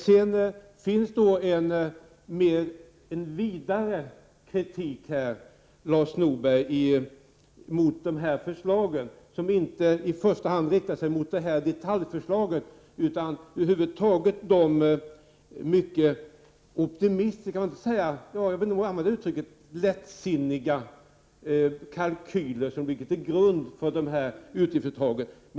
Det finns en vidare kritik här, Lars Norberg, mot dessa förslag, en kritik som inte i första hand riktar sig mot detaljförslag utan över huvud taget mot de optimistiska, ja, jag vill använda uttrycket lättsinniga kalkyler som ligger till grund för det här utgiftsuttaget.